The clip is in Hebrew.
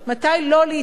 מתי לא להתערב,